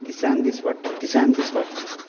दिसान दीस पडटा दिसान दीस वाडटा